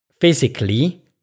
physically